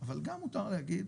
אני רוצה את הדיון הזה שיקרה.